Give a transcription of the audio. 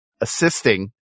Assisting